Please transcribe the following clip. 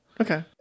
Okay